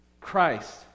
Christ